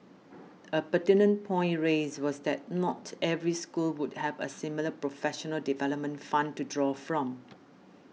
a pertinent point raised was that not every school would have a similar professional development fund to draw from